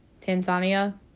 Tanzania